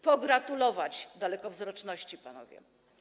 Pogratulować dalekowzroczności, panowie.